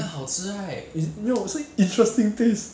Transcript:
我 psycho 他买啦 他买 milo